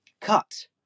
cut